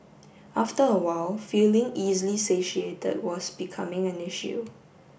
after a while feeling easily satiated was becoming an issue